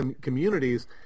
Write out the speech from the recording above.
communities